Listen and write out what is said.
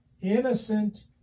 innocent